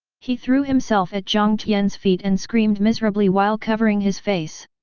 he threw himself at jiang tian's feet and screamed miserably while covering his face.